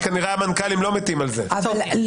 כי כנראה המנכ"לים לא אוהבים את זה במיוחד.